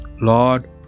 Lord